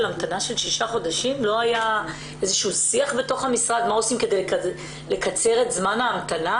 לא היה איזה שהוא שיח בתוך המשרד מה עושים כדי לקצר את זמן ההמתנה?